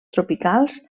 tropicals